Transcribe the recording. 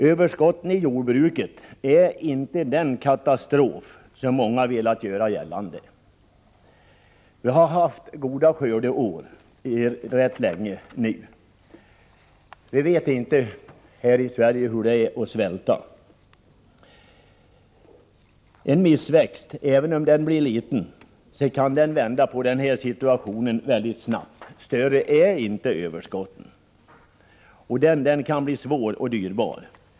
Överskotten i jordbruket är inte den katastrof som många velat göra gällande. Vi har haft goda skördeår nu rätt länge. Vi här i Sverige vet inte hur det är att svälta. En missväxt, även om den skulle vara liten, kan vända på situationen väldigt snabbt. Större är inte överskotten. Följderna av en missväxt kan bli svåra och dyrbara.